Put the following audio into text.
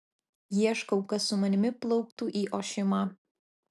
ieškau kas su manimi plauktų į ošimą